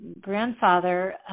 grandfather